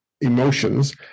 emotions